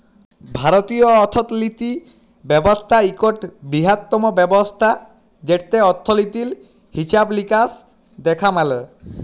ভারতীয় অথ্থলিতি ব্যবস্থা ইকট বিরহত্তম ব্যবস্থা যেটতে অথ্থলিতির হিছাব লিকাস দ্যাখা ম্যালে